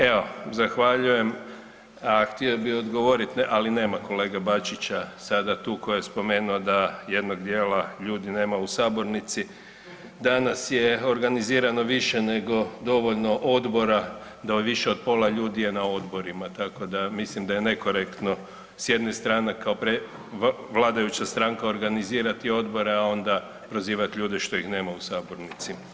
Evo zahvaljujem, a htio bih odgovorit, ali nema kolege Bačića sada tu koji je spomenuo da jednog dijela ljudi nema u sabornici, danas je organizirano više nego dovoljno odbora da više od pola ljudi je na odborima, tako da, mislim da je nekorektno s jedne strane kao vladajuća stranka organizirati odbore, a onda prozivat ljude što ih nema u sabornici.